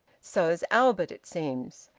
so's albert, it seems.